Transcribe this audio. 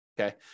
okay